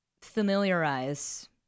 familiarize